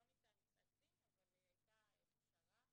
לא ניתן פסק דין אבל הייתה פשרה